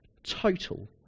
Total